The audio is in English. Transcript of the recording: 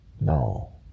No